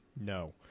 No